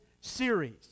series